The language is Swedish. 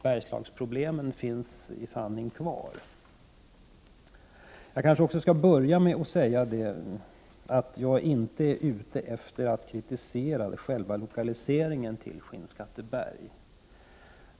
Bergslagsproblemen finns i sanning kvar. Jag vill börja med att säga att jag inte är ute efter att kritisera själva lokaliseringen till Skinnskatteberg.